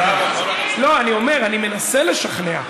לא, אני אומר, אני מנסה לשכנע.